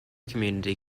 community